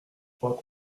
pourra